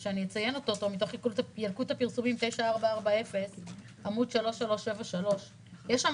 שאציין אותו מתוך ילקוט הפרסומים 9440 בעמוד 3373. יש שם